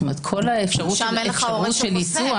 כל האפשרות של ייצוג,